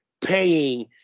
paying